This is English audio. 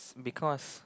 because